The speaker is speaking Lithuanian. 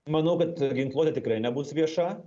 manau kad ginkluotė tikrai nebus vieša